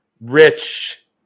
rich